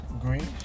Green